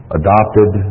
adopted